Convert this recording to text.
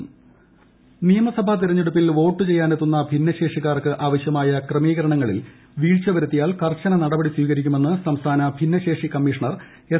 പഞ്ചാപകേശൻ നിയമസഭാ തിരഞ്ഞെടുപ്പിൽ വോട്ടുചെയ്യാനെത്തുന്ന ഭിന്നശേഷിക്കാർക്ക് ആവശ്യമായ ക്രമീകരണങ്ങളിൽ വീഴ്ച വരുത്തിയാൽ കർശന നടപടി സ്വീകരിക്കുമെന്ന് സംസ്ഥാന ഭിന്നശേഷി കമ്മീഷണർ എസ്